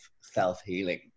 self-healing